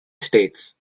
states